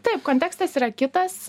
taip kontekstas yra kitas